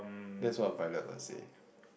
that's why pirate got sea